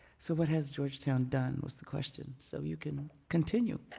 so what has georgetown done, was the question, so you can continue.